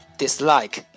dislike